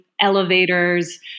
elevators